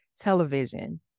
television